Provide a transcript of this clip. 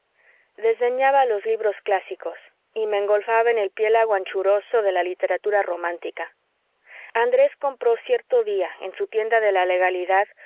vuestra mucho desdeñaba los libros clásicos y me engolfaba en el piélago anchuroso de la literatura romántica andrés compró cierto día en su tienda de la legalidad